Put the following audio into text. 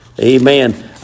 Amen